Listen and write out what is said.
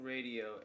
Radio